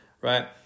right